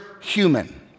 human